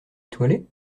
étoilé